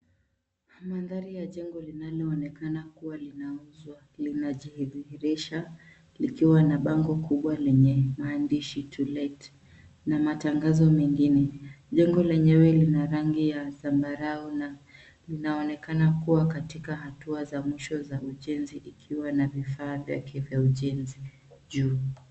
Mandhari ya jengo linaloonekana kuwa linauzwa linajidhihirisha likiwa na bango kubwa lenye maandishi to let na matangazo mengine. Jengo lenyewe lina rangi ya zambarau na linaonekana kuwa katika hatua za mwisho za ujenzi ikiwa na vifaa vyake vya ujenzi juu.